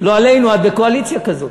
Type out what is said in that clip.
לא עלינו, את בקואליציה כזאת,